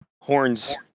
horns